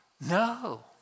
no